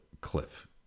cliff